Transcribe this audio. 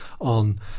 on